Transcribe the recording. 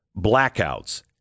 blackouts